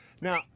Now